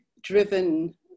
driven